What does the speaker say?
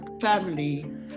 family